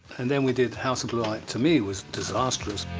and then we did. house of blue light, to me, was disastrous.